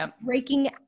breaking